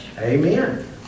Amen